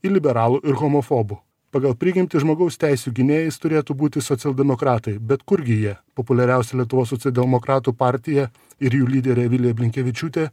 į liberalų ir homofobų pagal prigimtį žmogaus teisių gynėjais turėtų būti socialdemokratai bet kurgi jie populiariausia lietuvos socialdemokratų partija ir jų lyderė vilija blinkevičiūtė